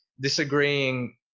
disagreeing